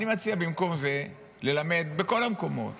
אני מציע במקום זה ללמד בכל המקומות